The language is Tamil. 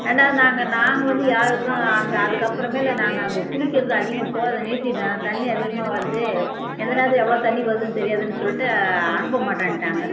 ரெண்டாவது நாங்கள் நாங்கள் வந்து யாருக்கும் அந்த அதுக்கப்புறமேலு நாங்கள் அங்கே குளிக்கிறது அதிகம் போகறத நிறுத்திவிட்டோம் ஏன்னா தண்ணி அதிகமாக வருது எந்த நேரத்தில் எவ்வளோ தண்ணி வருதுன்னு தெரியாதுன்னு சொல்லிட்டு அனுப்ப மாட்டேன்ட்டாங்க